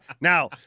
Now